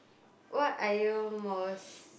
what are you most